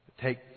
Take